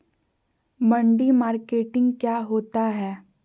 मंडी मार्केटिंग क्या होता है?